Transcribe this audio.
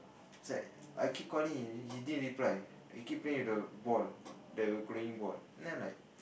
it's like I keep calling he didn't reply he keep playing with the ball the glowing ball then I'm like